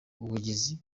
ubugizi